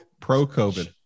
Pro-COVID